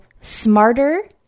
smarter